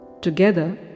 Together